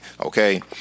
okay